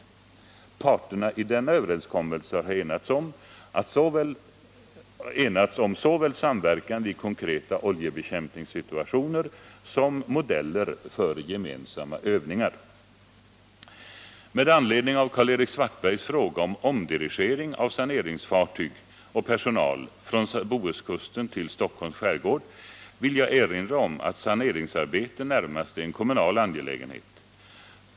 Parterna i denna överenskommelse har enats om såväl samverkan vid konkreta oljebekämpningssituationer som modeller för gemensamma övningar. Med anledning av Karl-Erik Svartbergs fråga om omdirigering av ”saneringsfartyg” och personal från Bohuskusten till Stockholms skärgård vill jag erinra om att saneringsarbete närmast är en kommunal angelägenhet.